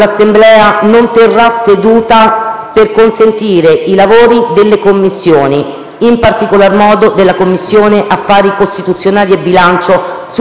per consentire i lavori delle Commissioni, in particolar modo delle Commissioni affari costituzionali e bilancio sul decreto-legge in materia di sicurezza pubblica.